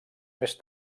més